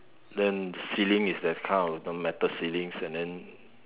then ceiling is that kind of the metal ceilings and then